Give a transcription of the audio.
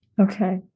Okay